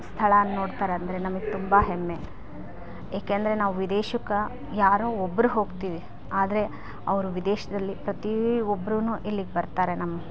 ಸ್ಥಳನ ನೋಡ್ತಾರೆ ಅಂದರೆ ನಮಗೆ ತುಂಬ ಹೆಮ್ಮೆ ಏಕೆಂದರೆ ನಾವು ವಿದೇಶಕ್ಕೆ ಯಾರೋ ಒಬ್ಬರು ಹೋಗ್ತೀವಿ ಆದರೆ ಅವರು ವಿದೇಶದಲ್ಲಿ ಪ್ರತಿ ಒಬ್ರೂ ಇಲ್ಲಿಗೆ ಬರ್ತಾರೆ ನಮ್ಮ